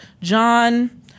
John